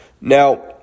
Now